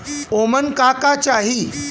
ओमन का का चाही?